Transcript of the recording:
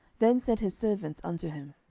then said his servants unto him,